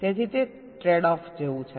તેથી તે trade off જેવું છે